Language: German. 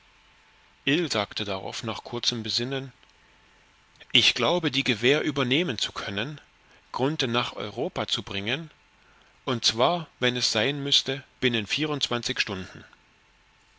sagte darauf nach kurzem besinnen ich glaube die gewähr übernehmen zu können grunthe nach europa zu bringen und zwar wenn es sein müßte binnen vierundzwanzig stunden